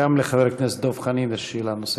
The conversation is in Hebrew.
וגם לחבר הכנסת דב חנין יש שאלה נוספת.